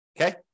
Okay